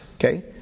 Okay